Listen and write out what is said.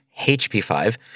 HP5